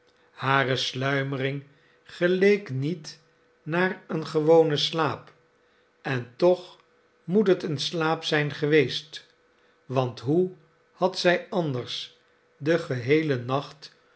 hare sluimering geleek niet naar een gewonen slaap en toch moet het een slaap zijn geweest want hoe had zij anders den geheelen nacht